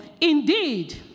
Indeed